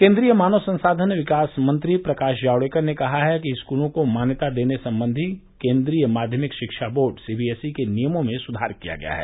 केन्द्रीय मानव संसाधन विकास मंत्री प्रकाश जावडेकर ने कहा है कि स्कूलों को मान्यता देने संबंधी केंद्रीय माध्यमिक शिक्षा बोर्ड सीबीएसई के नियमों में सुधार किया गया है